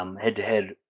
Head-to-head